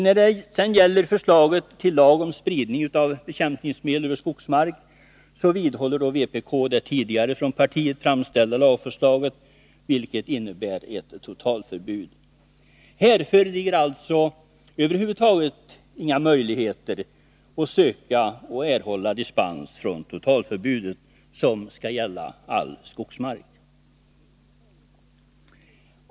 När det sedan gäller förslaget till lag om spridning av bekämpningsmedel över skogsmark vidhåller vpk det tidigare från partiet framställda lagförslaget, vilket innebär ett totalförbud. Här föreligger alltså över huvud taget inga möjligheter att söka och erhålla dispens från förbudet, som skall gälla all skogsmark.